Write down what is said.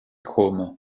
chrome